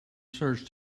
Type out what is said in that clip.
search